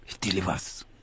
delivers